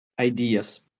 ideas